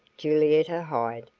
julietta hyde,